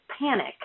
panic